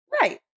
Right